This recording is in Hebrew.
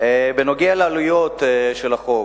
בנוגע לעלויות של החוק,